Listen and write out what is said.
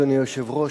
אדוני היושב-ראש,